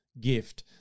gift